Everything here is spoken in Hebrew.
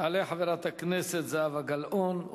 תעלה חברת הכנסת זהבה גלאון,